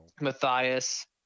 Matthias